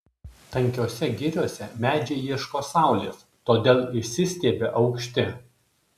tankiose giriose medžiai ieško saulės todėl išsistiebia aukšti